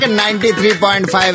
93.5